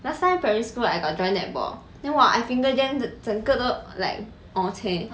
last time primary school I got join netball then !wah! I finger jam 整个都 like orh ceh